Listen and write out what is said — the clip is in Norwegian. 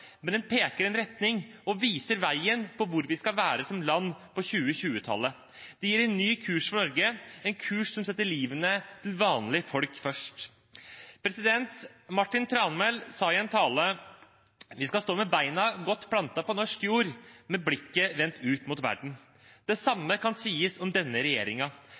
men den peker ut en retning og viser veien til hvor vi skal være som land på 2020-tallet. Det gir en ny kurs for Norge, en kurs som setter livet til vanlige folk først. Martin Tranmæl sa i en tale at vi skal stå med beina godt plantet på norsk jord, men med blikket vendt ut mot verden. Det samme kan sies om denne